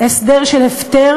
חייבות וחייבים להתוות הסדר של הפטר,